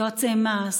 יועצי מס,